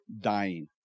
dying